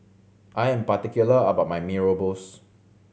I am particular about my Mee Rebus